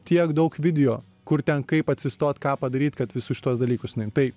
tiek daug video kur ten kaip atsistot ką padaryt kad visus šituos dalykus tai